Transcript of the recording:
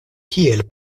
kiel